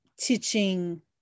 teaching